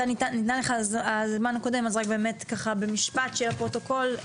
אתה ניתן לך הזמן הקודם אז רק באמת ככה במשפט בשביל הפרוטוקול,